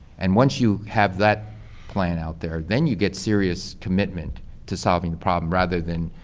and once you have that plan out there, then you get serious commitment to solving the problem rather than,